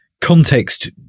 context